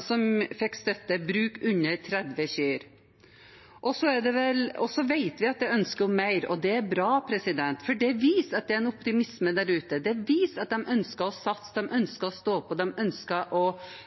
som fikk støtte, bruk med under 30 kyr. Så vet vi at det er ønske om mer, og det er bra, for det viser at det er en optimisme der ute, det viser at de ønsker å satse, de ønsker å stå på, de ønsker